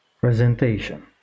PRESENTATION